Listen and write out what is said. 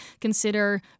Consider